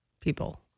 people